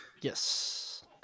Yes